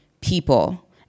people